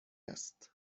است